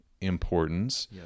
importance